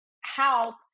help